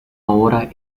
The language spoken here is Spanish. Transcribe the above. hora